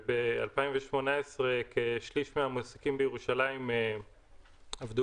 וב-2018 כשליש מהמועסקים בירושלים עבדו